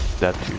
that